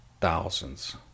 thousands